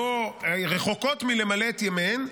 היו רחוקות מלמלא את ימיהן,